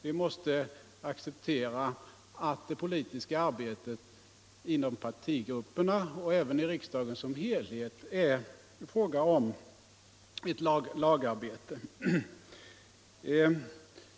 Vi måste acceptera att det politiska arbetet inom partigrupperna och även i riksdagen såsom helhet är ett lagarbete.